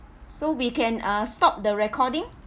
so we can uh stop the recording